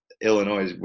Illinois